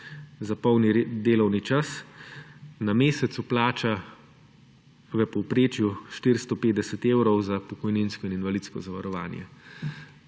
za polni delovni čas na mesec vplača v povprečju 450 evrov za pokojninsko in invalidsko zavarovanje,